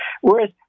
Whereas